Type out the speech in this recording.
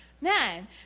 Man